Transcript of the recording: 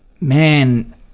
man